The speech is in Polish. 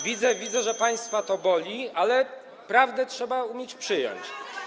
Widzę, że państwa to boli, ale prawdę trzeba umieć przyjąć.